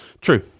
True